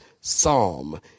Psalm